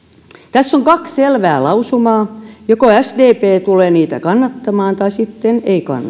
tässä on kaksi selvää lausumaa joko sdp tulee niitä kannattamaan tai sitten ei kannata